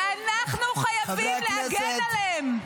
ואנחנו חייבים להגן עליהם.